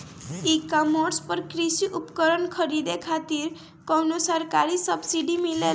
ई कॉमर्स पर कृषी उपकरण खरीदे खातिर कउनो सरकारी सब्सीडी मिलेला?